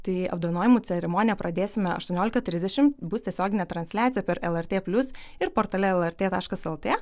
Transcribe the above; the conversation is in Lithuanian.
tai apdovanojimų ceremoniją pradėsime aštuoniolika trisdešim bus tiesioginė transliacija per lrt plius ir portale lrt taškas lt